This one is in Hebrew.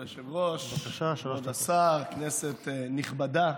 כבוד היושב-ראש, כבוד השר, כנסת נכבדה,